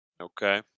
Okay